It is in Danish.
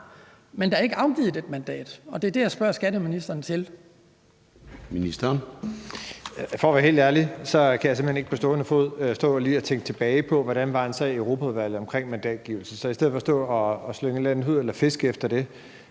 Men der er ikke afgivet det mandat, og det er det, jeg spørger skatteministeren til.